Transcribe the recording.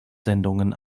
sendungen